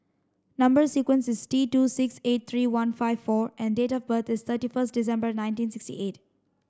number sequence is T two six eight three one five four and date of birth is thirty first December nineteen sixty eight